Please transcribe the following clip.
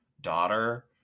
daughter